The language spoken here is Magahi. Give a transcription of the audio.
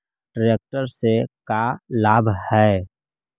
ट्रेक्टर से का लाभ है?